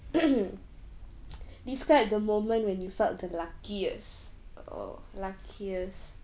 describe the moment when you felt the luckiest oh luckiest